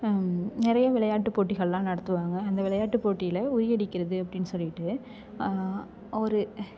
நிறைய விளையாட்டு போட்டிகள்லாம் நடத்துவாங்க அந்த விளையாட்டு போட்டியில் உரி அடிக்கிறது அப்படின்னு சொல்லிட்டு ஒரு